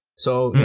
so, y'know,